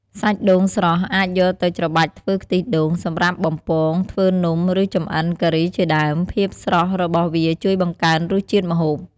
សាច់ដូងស្រស់អាចយកទៅច្របាច់ធ្វើខ្ទិះដូង សម្រាប់បំពង ធ្វើនំ ឬចម្អិនការីជាដើម ភាពស្រស់របស់វាជួយបង្កើនរសជាតិម្ហូប។